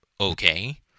Okay